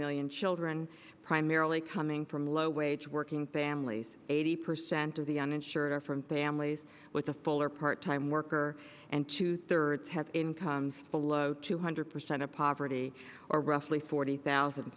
million children primarily coming from low wage working families eighty percent of the uninsured are from families with a full or part time worker and two thirds have incomes below two hundred percent of poverty or roughly forty thousand